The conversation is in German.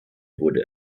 wurde